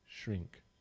shrink